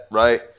right